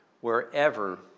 wherever